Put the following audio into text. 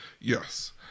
Yes